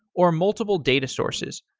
or multiple data sources.